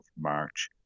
March